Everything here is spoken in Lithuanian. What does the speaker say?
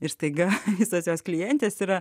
ir staiga visos jos klientės yra